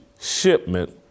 shipment